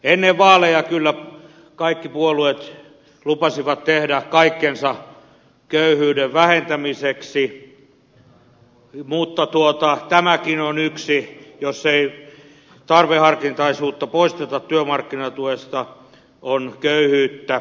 ennen vaaleja kyllä kaikki puolueet lupasivat tehdä kaikkensa köyhyyden vähentämiseksi mutta tämäkin on jos ei tarveharkintaisuutta poisteta työmarkkinatuesta köyhyyttä syventävää